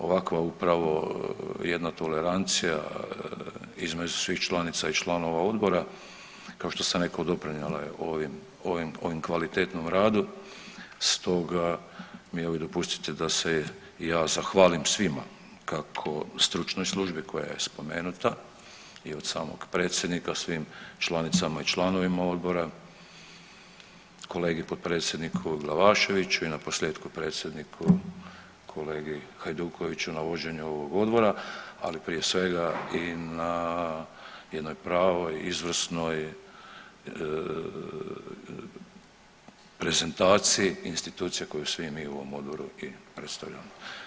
Ovakva upravo jedna tolerancija između svih članica i članova odbora kao što sam rekao doprinijela je ovim, ovim kvalitetnom radu, stoga mi evo i dopustite da se i ja zahvalim svima kako stručnoj službi koja je spomenuta i od samog predsjednika, svim članicama i članicama odbora, kolegi potpredsjedniku Glavaševiću i na posljetku predsjedniku kolegi Hajdukoviću na vođenju ovog odbora, ali prije svega i na jednoj pravoj, izvrsnoj prezentaciji institucije koju svi mi u ovom odboru i predstavljamo.